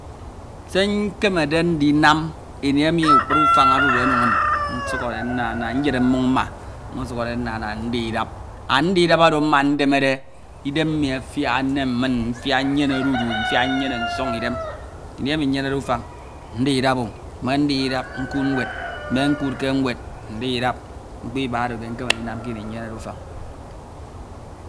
Se nkemede nchnam ini emi akpni ufañ. odude ono inn, nsukhode nnana nyene mmọñ mma mosukhore nnana ndii idap an ndu idap oro mma ndemere idem mmi anak enem mmin, mfiak unyene odudu, mfiak nyene nsọñ ideme ini emi unyenede ufañ ndii idapo, mme ndiha idap, nkuud nwed mme nkuudke nwed ndii idap mkpo iba oro ke nkeme ndinam ke ini unyenede ufañ.